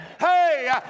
Hey